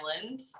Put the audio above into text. Island